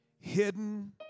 Hidden